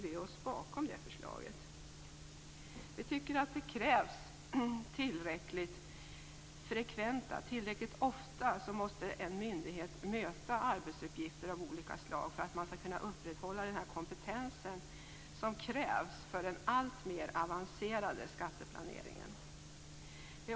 Vi tycker en myndighet tillräckligt ofta måste möta arbetsuppgifter av olika slag för att man skall kunna upprätthålla den kompetens som krävs för en alltmer avancerad skatteplanering.